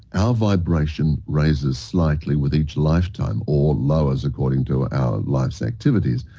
our vibration raises slightly with each lifetime or lowers according to our life's activities.